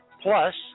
Plus